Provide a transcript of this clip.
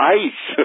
ice